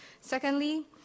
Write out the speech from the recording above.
Secondly